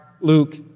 Luke